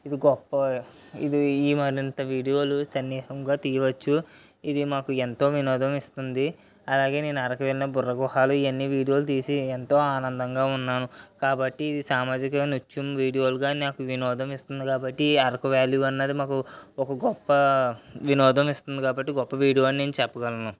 ఇది గొప్ప ఇది ఈ మరింత వీడియోలు సమ్మోహంగా తీయవచ్చు ఇది మాకు ఎంతో వినోదం ఇస్తుంది అలాగే నేను అరకు వెళ్ళిన బుర్ర గుహలలో ఇవి అన్నీ వీడియోలు తీసి ఎంతో ఆనందంగా ఉన్నాను కాబట్టి ఇది సామాజిక నృత్యం వీడియోలుగా నాకు వినోదం ఇస్తుంది కాబట్టి ఈ అరకు వ్యాలీ అన్నది మాకు గొప్ప వినోదం ఇస్తుంది కాబట్టి గొప్ప వీడియో అని చెప్పగలను